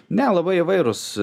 ne labai įvairūs